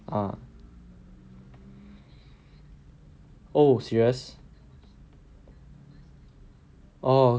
uh oh serious oh